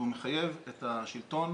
הוא מחייב את השלטון